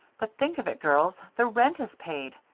but think of it, girls the rent is paid!